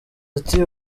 ati